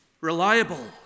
Reliable